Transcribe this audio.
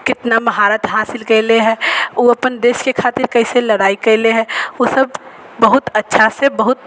कितना महारत हासिल केले है ओ अपन देश के खातिर कैसे लड़ाई केले है ओसब बहुत अच्छा से बहुत